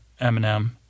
Eminem